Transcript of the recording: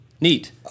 Neat